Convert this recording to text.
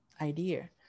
idea